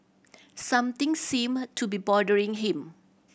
something seem to be bothering him